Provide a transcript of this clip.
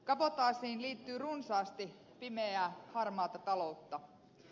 kabotaasiin liittyy runsaasti pimeää harmaata taloutta